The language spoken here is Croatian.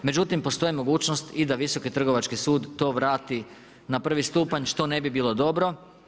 Međutim, postoji mogućnost i da Visoki trgovački sud to vrati na prvi stupanj što ne bi bilo dobro.